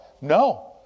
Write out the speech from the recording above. No